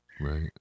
Right